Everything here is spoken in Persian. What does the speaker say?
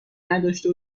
نداشته